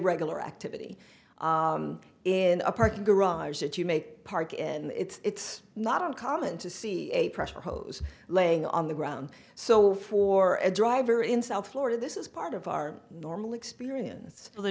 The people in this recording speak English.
regular activity in a parking garage that you make park in it's not uncommon to see a pressure hose laying on the ground so for a driver in south florida this is part of our normal experience